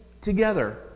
together